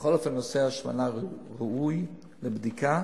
בכל אופן נושא ההשמנה ראוי לבדיקה.